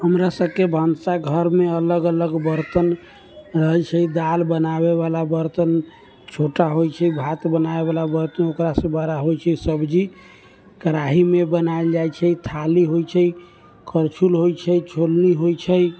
हमरा सबके भनसा घरमे अलग अलग बर्तन रहै छै दालि बनाबैवला बर्तन छोटा होइ छै भात बनाबैवला बर्तन ओकरासँ बड़ा होइ छै सब्जी कढ़ाइमे बनायल जाइ छै थाली होइ छै करछुल होइ छै छोलनी होइ छै